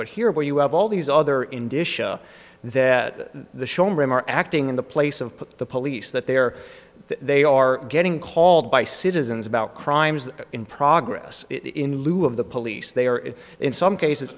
but here where you have all these other in disha that the acting in the place of the police that they are they are getting called by citizens about crimes in progress in lieu of the police they are if in some cases